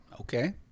Okay